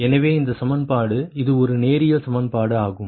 எனவே இந்த சமன்பாடு இது ஒரு நேரியல் சமன்பாடு ஆகும்